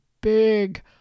big